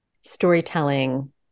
storytelling